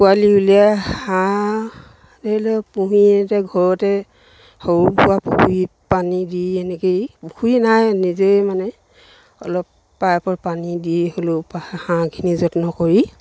পোৱালি উলিয়াই হাঁহ ধৰি লওক পুহি এতিয়া ঘৰতে সৰু সুৰা পানী দি এনেকৈয়ে পুখুৰী নাই নিজেই মানে অলপ পাইপৰ পানী দি হ'লেও হাঁহখিনি যত্ন কৰি